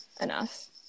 enough